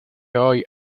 hoy